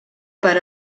per